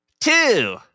Two